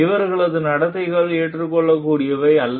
இவர்களது நடத்தைகள் ஏற்றுக் கொள்ளக் கூடியவை அல்ல